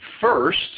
first